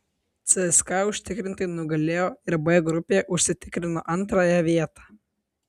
cska užtikrintai nugalėjo ir b grupėje užsitikrino antrąją vietą